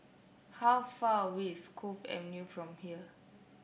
how far away is Cove Avenue from here